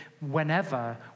whenever